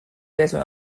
بهتون